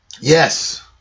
Yes